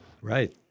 Right